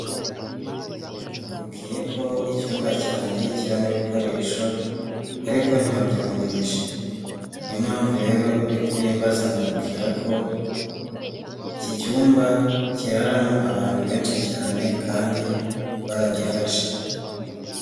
Nakubwiye ko icyumba cyanjye kibamo ibikoresho ariko ntiwabyumvishe. Niyo mpamvu rero, uri kubimbaza nkakubwira ko iki cyumba kiraramo abantu benshi cyane kandi baragifashe.